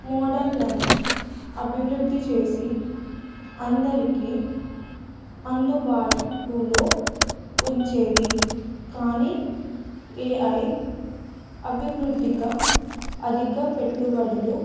మోడళ్లను అభివృద్ధి చేసి అందరికీ అందుబాటులో ఉంచేది కానీ ఏ ఐ అభివృద్ధిక అధిక పెట్టుబడులు